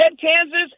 Kansas